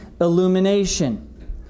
illumination